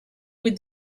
would